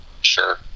Sure